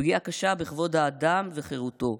פגיעה קשה בכבוד האדם וחירותו,